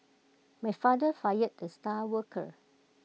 my father fired the star worker